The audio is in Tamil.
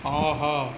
ஆஹா